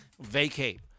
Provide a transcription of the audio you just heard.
vacate